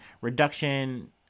Reduction